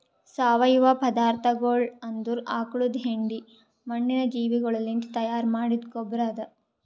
ಸಾವಯವ ಪದಾರ್ಥಗೊಳ್ ಅಂದುರ್ ಆಕುಳದ್ ಹೆಂಡಿ, ಮಣ್ಣಿನ ಜೀವಿಗೊಳಲಿಂತ್ ತೈಯಾರ್ ಮಾಡಿದ್ದ ಗೊಬ್ಬರ್ ಅದಾ